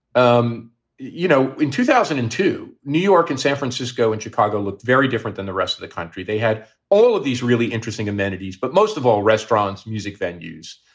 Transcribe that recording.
um you know, in two thousand and two, new york and san francisco and chicago looked very different than the rest of the country. they had all of these really interesting amenities. but most of all, restaurants, music venues,